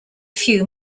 few